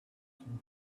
some